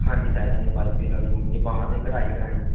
ਹਾਂਜੀ ਸਾਈਡਾਂ 'ਤੇ ਪਾਈਪਿੰਗ ਲੱਗ ਜਾਵੇਗੀ ਜੇ ਬਾਹਾਂ 'ਤੇ ਕਢਾਈ ਕਰਵਾਉਣੀ